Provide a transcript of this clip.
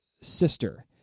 sister